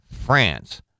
France